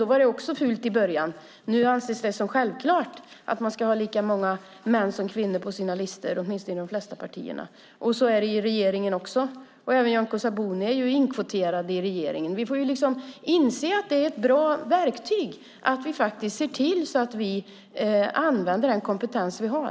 Det var också fult i början, men nu anses det som självklart att man ska ha lika många män som kvinnor på sina listor - åtminstone i de flesta partier. Så är det i regeringen också. Även Nyamko Sabuni är inkvoterad i regeringen. Vi måste inse att det är ett bra verktyg när det gäller att se till att använda den kompetens vi har.